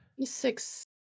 Six